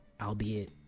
albeit